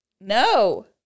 No